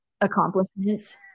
accomplishments